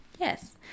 yes